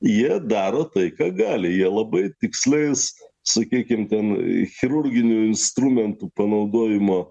jie daro tai ką gali jie labai tikslais sakykim ten chirurginių instrumentų panaudojimo